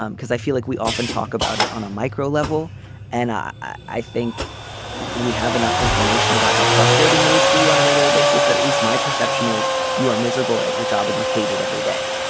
um because i feel like we often talk about it on a micro level and i i think we have enough information about how frustrating it is for you on a regular basis that at least my perception is you are miserable at your job or and you hate it every day.